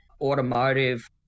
automotive